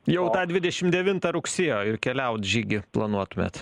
jau dvidešim devintą rugsėjo ir keliaut žygį planuotumėt